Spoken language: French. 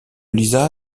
lisa